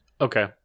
Okay